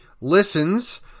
listens